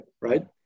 right